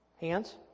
Hands